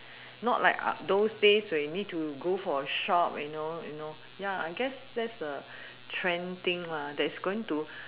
not like those days you need to go for a shop you know you know ya I guess that's the trending